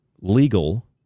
legal